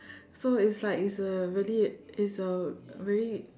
so it's like is a really is a really